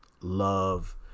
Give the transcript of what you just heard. love